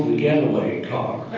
getaway car.